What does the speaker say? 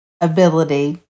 ability